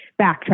backtrack